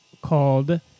called